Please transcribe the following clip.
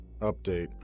UPDATE